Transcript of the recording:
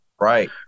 right